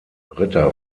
ritter